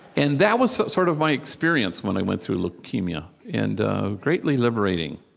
and that was sort of my experience when i went through leukemia, and greatly liberating